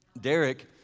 Derek